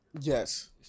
Yes